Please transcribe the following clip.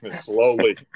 slowly